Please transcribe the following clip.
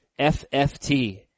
FFT